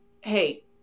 hey